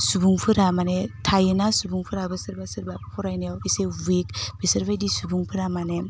सुबुंफोरा माने थायो ना सुबुंफोराबो सोरबा सोरबा फरायनायाव एसे उइक बिसोरबायदि सुबुंफोरा माने